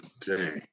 today